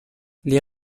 les